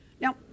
Now